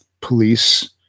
police